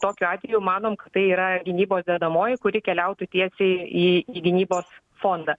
tokiu atveju manom kad tai yra gynybos dedamoji kuri keliautų tiesiai į į gynybos fondą